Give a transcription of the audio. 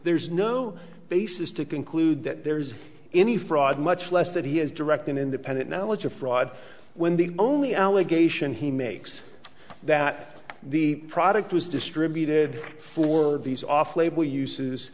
there's no basis to conclude that there's any fraud much less that he has direct an independent knowledge of fraud when the only allegation he makes that the product was distributed for all of these off label uses